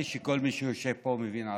נראה לי שכל מי שיושב פה מבין ערבית,